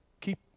keep